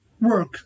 work